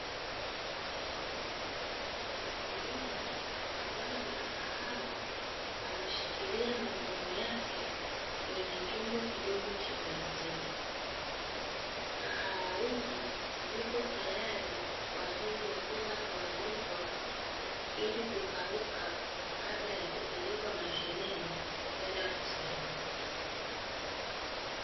Mkulima wa zao la kahawa ameshikilia mavuno yake kwenye chombo kidogo cha plastiki, kahawa hizi zipo tayari kwa ajili ya kwenda kuanikwa ili kukauka kabla ya kupelekwa mashineni kwenda kusagwa.